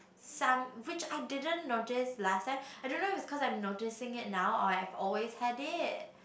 some which I didn't notice last time I don't know if it's cause I am noticing it now or I have always had it